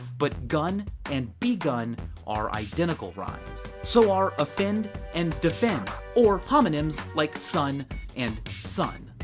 but gun and begun are identical rhymes. so are offend and defend, or homonyms like son and sun.